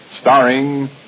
starring